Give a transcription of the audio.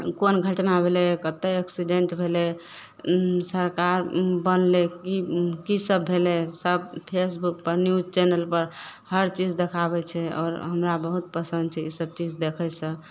कोन घटना भेलय कतय एक्सीडेन्ट भेलय ई सरकार उ बनलय की ई की सब भेलय सब फेसबुकपर न्यूज चैनलपर हरचीज देखाबय छै आओर हमरा बहुत पसन्द छै ई सब चीज देखयके